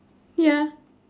ya